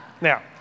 Now